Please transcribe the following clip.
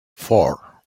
four